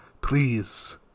Please